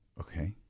Okay